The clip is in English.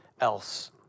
else